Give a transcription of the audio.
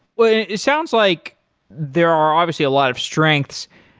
well it sounds like there are obviously a lot of strengths.